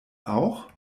auch